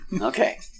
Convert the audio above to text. Okay